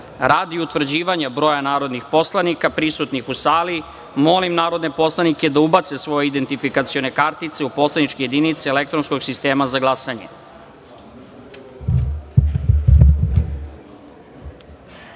utvrđivanja broja narodnih poslanika prisutnih u sali, molim narodne poslanike da ubace svoje identifikacione kartice u poslaničke jedinice elektronskog sistema za